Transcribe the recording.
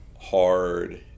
hard